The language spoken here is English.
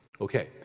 Okay